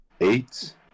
eight